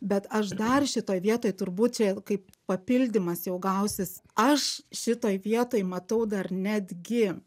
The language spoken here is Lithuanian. bet aš dar šitoj vietoj turbūt čia kaip papildymas jau gausis aš šitoj vietoj matau dar netgi